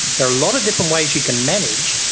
there are a lot of different ways you can manage,